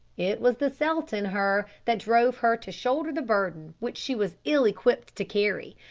it was the celt in her that drove her to shoulder the burden which she was ill-equipped to carry,